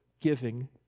giving